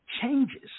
changes